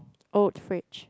old fridge